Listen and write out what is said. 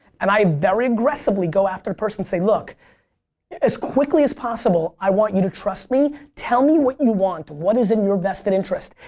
and i very aggressively go after a person and say look as quickly as possible i want you to trust me. tell me what you want. what is in your vested interest?